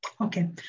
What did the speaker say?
Okay